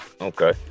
Okay